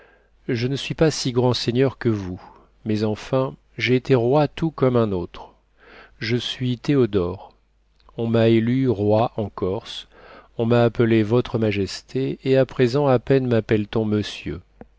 je ne suis pas si grand seigneur que vous mais enfin j'ai été roi tout comme un autre je suis théodore on m'a élu roi en corse on m'a appelé votre majesté et à présent à peine mappelle t on monsieur